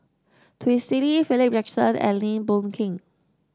Twisstii Philip Jackson and Lim Boon Keng